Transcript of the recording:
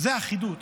זו אחידות.